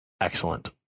Excellent